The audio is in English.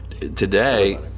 today-